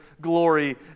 glory